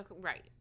right